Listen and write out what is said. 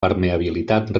permeabilitat